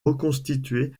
reconstitué